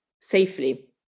safely